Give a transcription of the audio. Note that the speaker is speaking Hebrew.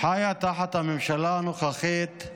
חיה תחת הממשלה הנוכחית,